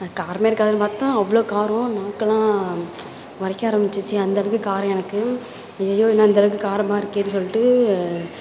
காரமே இருக்காதுன்னு பார்த்தா அவ்வளோ காரம் நாக்கெல்லாம் உரைக்க ஆரமிச்சிருச்சு அந்த அளவுக்கு காரம் எனக்கு ஐயயோ என்ன இந்த அளவுக்கு காரமாக இருக்கேனு சொல்லிட்டு